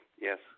Yes